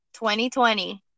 2020